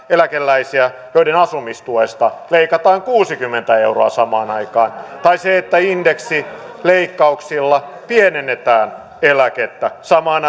eläkeläisiä joiden asumistuesta leikataan kuusikymmentä euroa samaan aikaan ja indeksileikkauksilla pienennetään eläkettä samaan